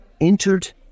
entered